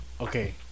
okay